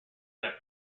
that